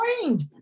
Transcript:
trained